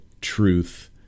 truth